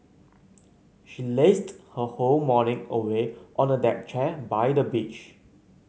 she lazed her whole morning away on a deck chair by the beach